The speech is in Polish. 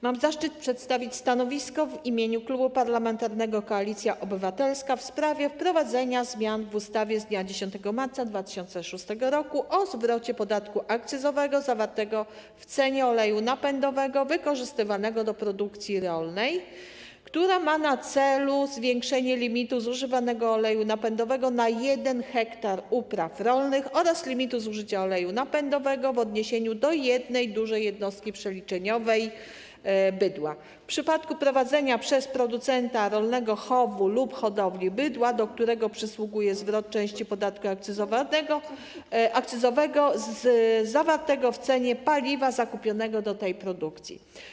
Mam zaszczyt przedstawić w imieniu Klubu Parlamentarnego Koalicja Obywatelska stanowisko w sprawie wprowadzenia zmian w ustawie z dnia 10 marca 2006 r. o zwrocie podatku akcyzowego zawartego w cenie oleju napędowego wykorzystywanego do produkcji rolnej, które mają na celu zwiększenie limitu zużywanego oleju napędowego na 1 ha upraw rolnych oraz limitu zużycia oleju napędowego w odniesieniu do jednej dużej jednostki przeliczeniowej bydła w przypadku prowadzenia przez producenta rolnego chowu lub hodowli bydła, do którego przysługuje zwrot części podatku akcyzowego zawartego w cenie paliwa zakupionego do tej produkcji.